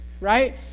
right